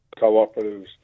cooperatives